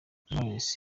knowless